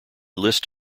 list